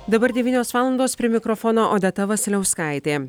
dabar devynios valandos prie mikrofono odeta vasiliauskaitė